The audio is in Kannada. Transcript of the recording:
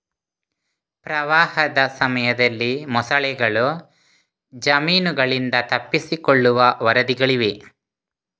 ಪ್ರವಾಹದ ಸಮಯದಲ್ಲಿ ಮೊಸಳೆಗಳು ಜಮೀನುಗಳಿಂದ ತಪ್ಪಿಸಿಕೊಳ್ಳುವ ವರದಿಗಳಿವೆ